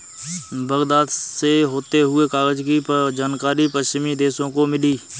Baghdad से होते हुए कागज की जानकारी पश्चिमी देशों को मिली